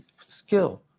skill